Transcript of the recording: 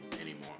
anymore